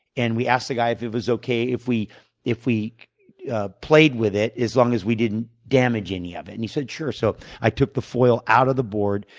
and we asked the guy if it was okay if we if we ah played with it, as long as we didn't damage any of it. and he said sure. so i took the foil out of the board,